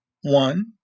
one